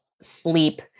sleep